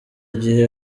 gihe